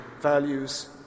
values